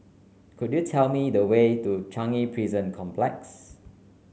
could you tell me the way to Changi Prison Complex